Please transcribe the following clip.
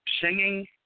singing